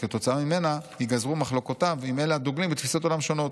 וכתוצאה ממנה ייגזרו מחלוקותיו עם אלה הדוגלים בתפיסות עולם שונות.